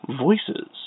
voices